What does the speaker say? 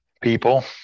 people